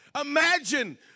Imagine